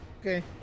Okay